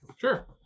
Sure